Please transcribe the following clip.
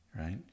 right